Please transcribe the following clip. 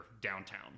downtown